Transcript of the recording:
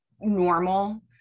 normal